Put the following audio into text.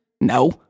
No